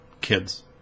kids